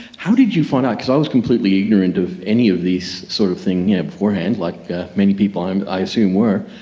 how did you find out, because i was completely ignorant of any of this sort of thing yeah beforehand, like many people i and i assume were,